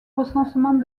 recensement